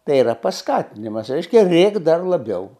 tai yra paskatinimas reiškia rėkt dar labiau